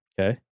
Okay